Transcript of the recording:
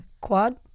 Quad